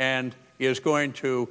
and is going to